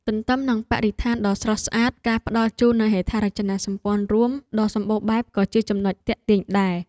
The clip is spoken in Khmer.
ទន្ទឹមនឹងបរិស្ថានដ៏ស្រស់ស្អាតការផ្តល់ជូននូវហេដ្ឋារចនាសម្ព័ន្ធរួមដ៏សម្បូរបែបក៏ជាចំណុចទាក់ទាញដែរ។